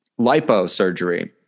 liposurgery